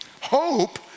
hope